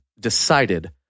decided